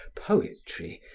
poetry,